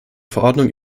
verordnung